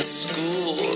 school